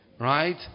Right